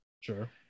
Sure